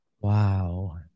Wow